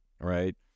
Right